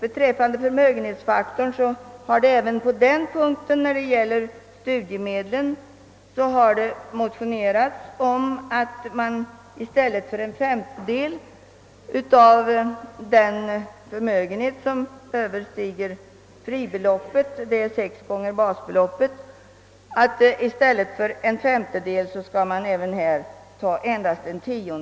Motioner har väckts om att man även när det gäller studiemedlen skall lägga endast en tiondel — i stället för en femtedel — av den förmögenhet som överstiger fribeloppet, d.v.s. sex gånger basbeloppet, till inkomsten.